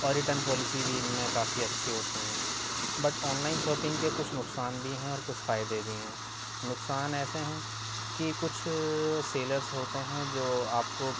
اور return policy بھی اُن میں کافی اچھی ہوتی ہیں بٹ آن لائن شاپنگ کے کچھ نقصان بھی ہیں اور کچھ فائدے بھی ہیں نقصان ایسے ہیں کہ کچھ سیلرس ہوتے ہیں جو آپ کو